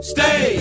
Stay